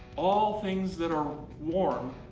all things that are warm,